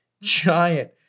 giant